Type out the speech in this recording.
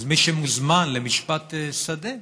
מי שמוזמן למשפט שדה